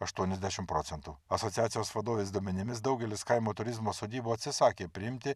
aštuoniasdešim procentų asociacijos vadovės duomenimis daugelis kaimo turizmo sodybų atsisakė priimti